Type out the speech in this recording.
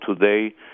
today